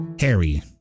Harry